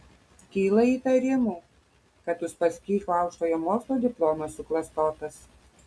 kyla įtarimų kad uspaskicho aukštojo mokslo diplomas suklastotas